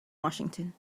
washington